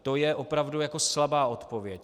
To je opravdu slabá odpověď.